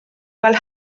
weld